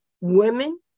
women